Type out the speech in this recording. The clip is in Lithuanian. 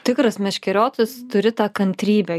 tikras meškeriotojas turi tą kantrybę